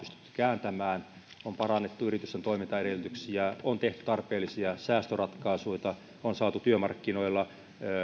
kääntämään on parannettu yritysten toimintaedellytyksiä on tehty tarpeellisia säästöratkaisuja on saatu työmarkkinoilla